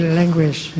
language